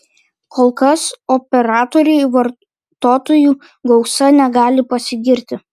kol kas operatoriai vartotojų gausa negali pasigirti